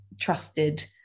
trusted